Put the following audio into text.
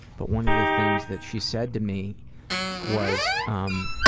but one of the things that she said to me was, um